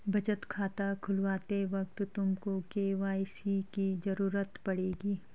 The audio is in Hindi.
बचत खाता खुलवाते वक्त तुमको के.वाई.सी की ज़रूरत पड़ेगी